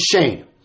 Shane